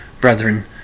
brethren